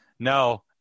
No